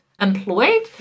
employed